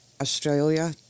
Australia